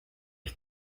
ich